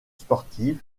sportive